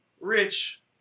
rich